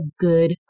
good